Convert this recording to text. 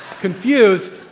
confused